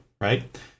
right